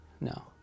No